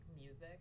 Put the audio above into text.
music